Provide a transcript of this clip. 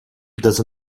does